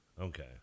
Okay